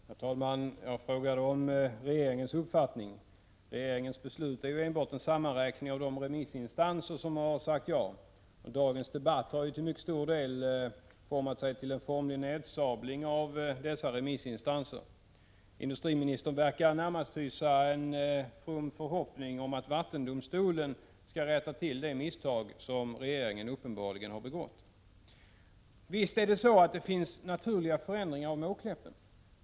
Herr talman! Jag frågade om regeringens uppfattning. Regeringens beslut är enbart en sammanräkning av de remissinstanser som har sagt ja. Dagens debatt har till stor del format sig till en nedsabling av dessa remissinstanser. Industriministern verkar närmast hysa en from förhoppning att vattendomstolen skall rätta till de misstag som regeringen uppenbarligen har begått. Visst är det så att det finns naturliga förändringar på Måkläppen.